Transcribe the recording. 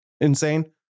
insane